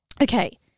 Okay